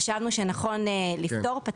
וחשבנו שנכון יהיה לפטור פטרנו.